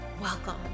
Welcome